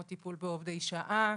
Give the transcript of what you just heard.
טיפול בעובדי שעה.